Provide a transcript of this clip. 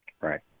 Right